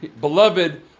beloved